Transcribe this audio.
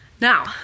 Now